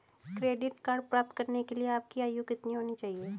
Credit card प्राप्त करने के लिए आपकी आयु कितनी होनी चाहिए?